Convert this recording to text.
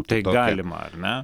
tai galima ar ne